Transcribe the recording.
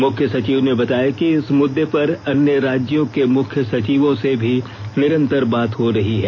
मुख्य सचिव ने बताया कि इस मुद्दे पर अन्य राज्यों के मुख्य सचिवों से भी निरंतर बात हो रही है